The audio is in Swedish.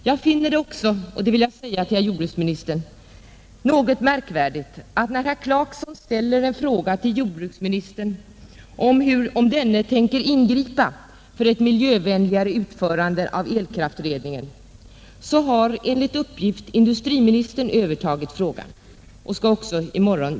Jag finner det också vara märkvärdigt — och det vill jag säga till jordbruksministern — att när herr Clarkson ställer en fråga till jordbruksministern, om denne tänker ingripa för ett miljövänligare utförande av elkraftledningen, så överlämnas frågan till industriminstern, som skall besvara den i morgon.